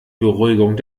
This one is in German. beruhigung